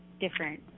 different